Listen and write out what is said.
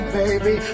baby